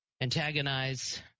antagonize